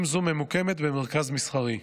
אם זו ממוקמת במרכז מסחרי.